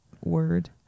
word